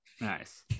Nice